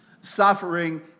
Suffering